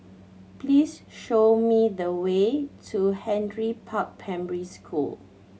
please show me the way to Henry Park Primary School